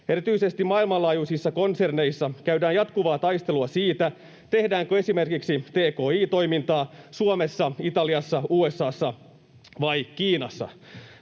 Erityisesti maailmanlaajuisissa konserneissa käydään jatkuvaa taistelua siitä, tehdäänkö esimerkiksi tki-toimintaa Suomessa, Italiassa, USA:ssa vai Kiinassa.